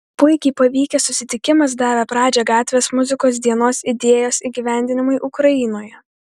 puikiai pavykęs susitikimas davė pradžią gatvės muzikos dienos idėjos įgyvendinimui ukrainoje